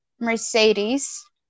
Mercedes